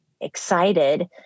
excited